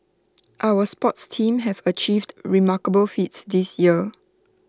our sports teams have achieved remarkable feats this year